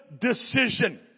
decision